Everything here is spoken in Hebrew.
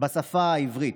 בשפה העברית.